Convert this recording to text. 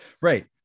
right